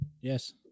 Yes